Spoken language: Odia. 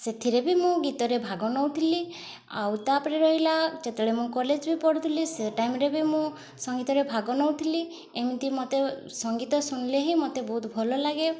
ସେଥିରେ ବି ମୁଁ ଗୀତରେ ଭାଗ ନଉଥିଲି ଆଉ ତା'ପରେ ରହିଲା ଯେତେବେଳେ ମୁଁ କଲେଜ ବି ପଢ଼ୁଥିଲି ସେ ଟାଇମ୍ରେ ବି ମୁଁ ସଙ୍ଗୀତରେ ଭାଗ ନଉଥିଲି ଏମିତି ମୋତେ ସଙ୍ଗୀତ ଶୁଣିଲେ ହିଁ ମୋତେ ବହୁତ ଭଲ ଲାଗେ